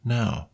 now